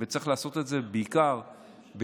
וצריך לעשות את זה בעיקר בשקט,